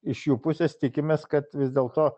iš jų pusės tikimės kad vis dėlto